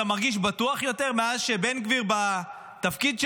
אתה מרגיש בטוח יותר מאז שבן גביר בתפקיד שלו?